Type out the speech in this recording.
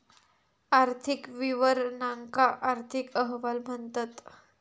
आर्थिक विवरणांका आर्थिक अहवाल म्हणतत